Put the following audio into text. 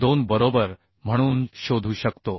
52 बरोबर म्हणून शोधू शकतो